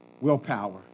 Willpower